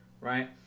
right